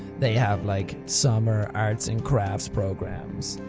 they have like, summer arts and crafts programs.